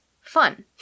fun